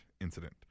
incident